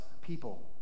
people